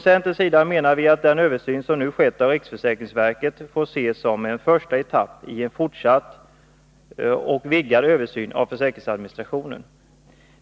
Centern menar att den översyn som nu skett från riksförsäkringsverkets sida får ses som en första etapp i en fortsatt och vidgad översyn av försäkringsadministrationen.